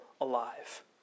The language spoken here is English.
alive